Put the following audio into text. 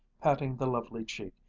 patting the lovely cheek,